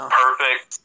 perfect